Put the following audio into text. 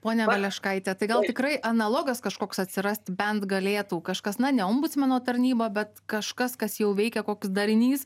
pone valeškaite tai gal tikrai analogas kažkoks atsirast bent galėtų kažkas na ne ombudsmeno tarnyba bet kažkas kas jau veikia koks darinys